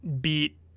beat